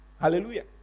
Hallelujah